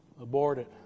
aborted